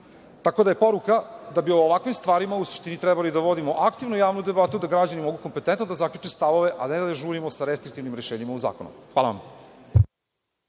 tako da je poruka da bi o ovakvim stvarima u suštini trebalo da vodimo aktivnu javnu debatu, da građani mogu kompetentno da zaključe stavove, a ne da žurimo sa restriktivnim rešenjima u zakonu. Hvala vam.